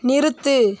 நிறுத்து